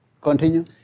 Continue